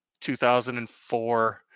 2004